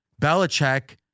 Belichick